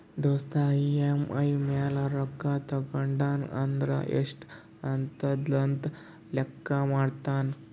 ದೋಸ್ತ್ ಇ.ಎಮ್.ಐ ಮ್ಯಾಲ್ ಕಾರ್ ತೊಂಡಾನ ಅದು ಎಸ್ಟ್ ಆತುದ ಅಂತ್ ಲೆಕ್ಕಾ ಮಾಡ್ಲತಾನ್